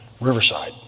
Riverside